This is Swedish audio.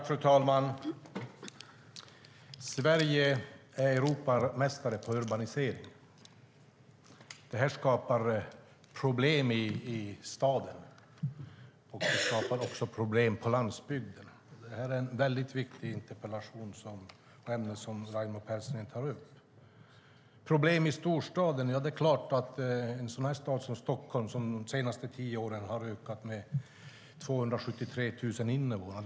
Fru talman! Sverige är Europamästare på urbanisering. Det skapar problem i städer och på landsbygden. Det är en väldigt viktig interpellation som Raimo Pärssinen har skrivit. Det är klart att det finns problem i storstaden. En stad som Stockholm har under de senaste tio åren ökat med 273 000 invånare.